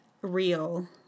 real